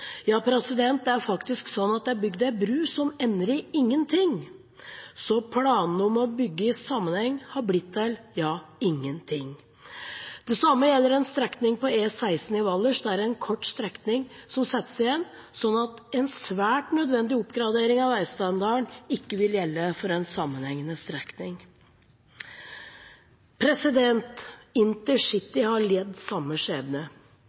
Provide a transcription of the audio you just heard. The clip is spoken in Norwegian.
Ja, det er faktisk sånn at det er bygd ei bru som ender i ingenting. Så planene om å bygge i sammenheng har blitt til – ja, ingenting. Det samme gjelder E16 i Valdres der en kort strekning settes igjen, slik at en svært nødvendig oppgradering av veistandarden ikke vil gjelde for en sammenhengende strekning. Intercity har lidd samme